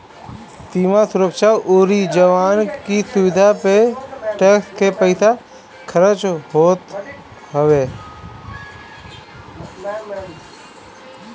सीमा सुरक्षा अउरी जवान की सुविधा पे टेक्स के पईसा खरच होत हवे